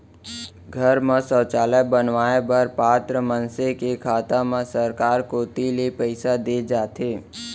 घर म सौचालय बनवाए बर पात्र मनसे के खाता म सरकार कोती ले पइसा दे जाथे